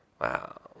Wow